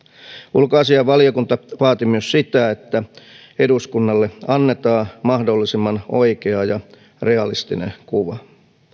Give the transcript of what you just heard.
ulkoasiainvaliokunta vaati myös sitä että eduskunnalle annetaan mahdollisimman oikea ja realistinen kuva